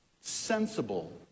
sensible